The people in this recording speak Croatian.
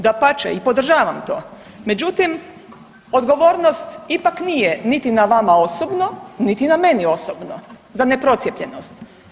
Dapače i podržavam to, međutim odgovornost ipak nije niti na vama osobno, niti na meni osobno za ne procijepljenost.